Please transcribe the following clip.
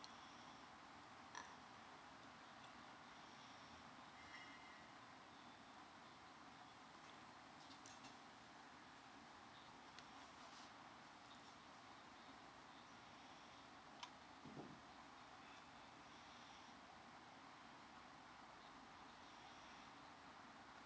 key key mm uh